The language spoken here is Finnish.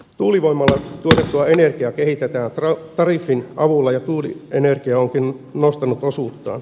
tuulivoimalla tuotettua energiaa kehitetään tariffin avulla ja tuulienergia onkin nostanut osuuttaan